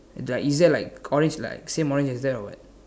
like is there like orange like same orange as that or what